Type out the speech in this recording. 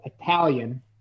Italian